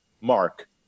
mark